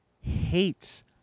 hates